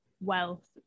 wealth